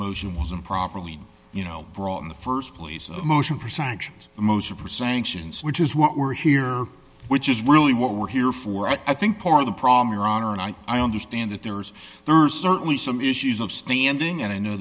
motion was improperly you know brought in the st place of a motion for sanctions a motion for sanctions which is what we're here which is really what we're here for and i think part of the problem your honor and i i understand that there's there are certainly some issues of standing and i know